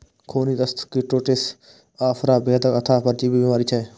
खूनी दस्त, कीटोसिस, आफरा भेड़क अंतः परजीवी बीमारी छियै